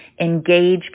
engage